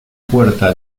puerta